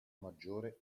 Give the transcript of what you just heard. maggiore